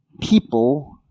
people